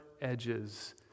edges